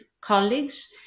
colleagues